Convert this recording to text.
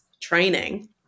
training